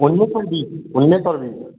बोलने पर भी बोलने पर भी